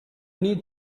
need